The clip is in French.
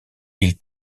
ils